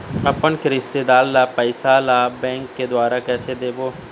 अपन के रिश्तेदार ला पैसा ला बैंक के द्वारा कैसे देबो?